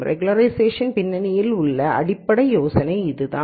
ரெகுலராய்சேஷன்லின் பின்னணியில் உள்ள அடிப்படை யோசனை இதுதான்